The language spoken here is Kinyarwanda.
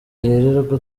yirirwa